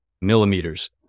millimeters